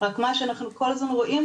אבל מה שאנחנו כל הזמן רואים,